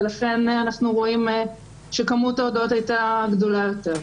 ולכן אנחנו רואים שכמות ההודעות היתה גדולה יותר.